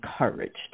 encouraged